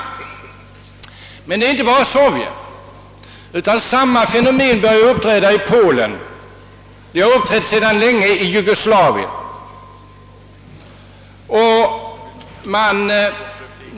Detta gäller inte bara Sovjetunionen, utan samma fenomen börjar uppträda i Polen — det har uppträtt sedan länge i Jugoslavien.